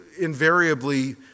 invariably